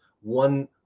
one